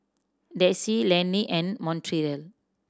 Dayse Lenny and Montrell